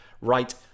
Right